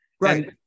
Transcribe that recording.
Right